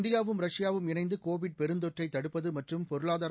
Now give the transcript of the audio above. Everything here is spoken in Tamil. இந்தியாவும் ரஷ்யாவும் இணைந்து கோவிட் பெருந்தொற்றை தடுப்பது மற்றும் பொருளாதார